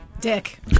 Dick